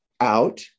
out